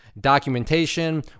documentation